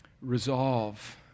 Resolve